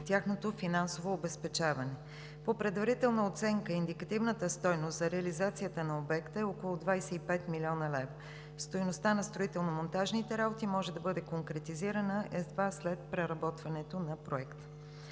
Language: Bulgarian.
тяхното финансово обезпечаване. По предварителна оценка индикативната стойност за реализацията на обекта е около 25 млн. лв. Стойността на строително-монтажните работи може да бъде конкретизирана едва след преработването на Проекта.